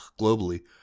globally